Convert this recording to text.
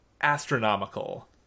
astronomical